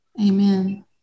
Amen